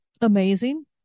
amazing